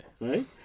right